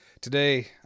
Today